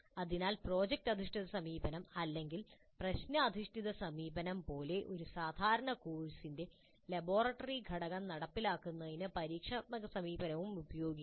അതിനാൽ പ്രോജക്റ്റ് അധിഷ്ഠിത സമീപനം അല്ലെങ്കിൽ പ്രശ്ന അധിഷ്ഠിത സമീപനം പോലെ ഒരു സാധാരണ കോഴ്സിന്റെ ലബോറട്ടറി ഘടകം നടപ്പിലാക്കുന്നതിന് പരീക്ഷണാത്മക സമീപനവും ഉപയോഗിക്കാം